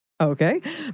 Okay